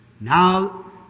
Now